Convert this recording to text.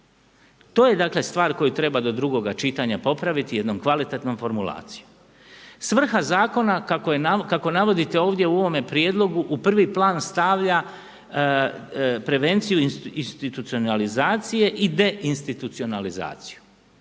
dakle, stvar koju treba do drugoga čitanja popraviti jednom kvalitetnom formulacijom. Svrha zakona kako navodite ovdje u ovome Prijedlogu u prvi plan stavlja prevenciju institucionalizacije i deinstitucionalizaciju.